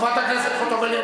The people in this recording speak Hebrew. חברת הכנסת חוטובלי,